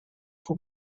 pour